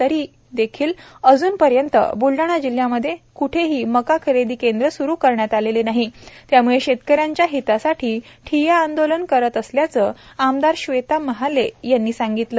तरी देखील अज्न पर्यंत ब्लडाणा जिल्हयामध्ये मध्ये क्ठलेही मक्का खरेदी केंद्र स्रू करण्यात आलेले नाही त्यामुळे शेतकऱ्याच्या हितासाठी ठिय्या आंदोलन करण्यात आल्याचे आमदार श्वेता महाले यांनी सांगितले